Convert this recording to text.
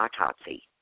autopsy